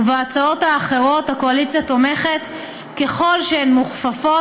ובהצעות האחרות הקואליציה תומכת ככל שהן מוכפפות